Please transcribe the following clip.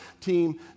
Team